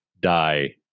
die